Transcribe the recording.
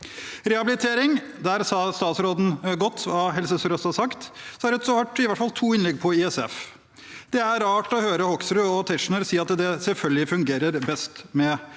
rehabilitering, sa statsråden godt hva Helse sør-øst har sagt. Så har det vært i hvert fall to innlegg om ISF. Det er rart å høre Hoksrud og Tetzschner si at det selvfølgelig fungerer best med